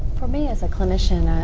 for me as a clinician,